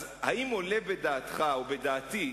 אז האם עולה בדעתך, או בדעתי,